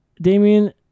Damien